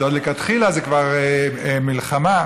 מלכתחילה זה מלחמה.